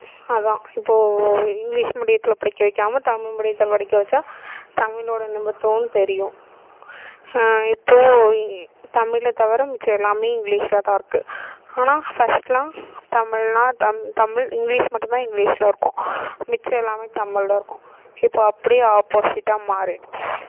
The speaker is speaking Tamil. அதான் இப்போது இங்கிலீஷ் மீடியத்தில் படிக்க வைக்காம தமிழ் மீடியத்தில் படிக்க வெச்சா தமிழோட நிமித்துவம் தெரியும் இப்போது தமிழை தவிர மிச்ச எல்லாமே இங்கிலீஷில் தான் இருக்குது ஆனால் ஃபஸ்ட்டுலாம் தமிழ்னா தம் தமிழ் இங்கிலீஷ் மட்டும் தான் இங்கிலீஷில் இருக்கும் மிச்ச எல்லாமே தமிழில் இருக்கும் இப்போ அப்படியே ஆப்போசிட்டாக மாறிடுச்சு